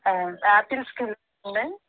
apples kilo ఇవ్వండి